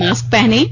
mask पहनें